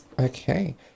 Okay